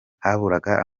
haburaga